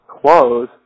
close